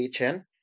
HN